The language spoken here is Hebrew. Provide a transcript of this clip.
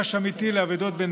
וחשש אמיתי לאבדות בנפש.